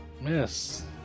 Miss